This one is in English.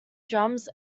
drums